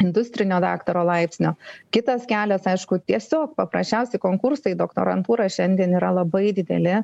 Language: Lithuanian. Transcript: industrinio daktaro laipsnio kitas kelias aišku tiesiog paprasčiausi konkursai į doktorantūrą šiandien yra labai dideli